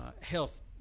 health